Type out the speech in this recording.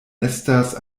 estas